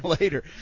later